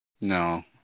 No